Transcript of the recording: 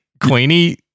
Queenie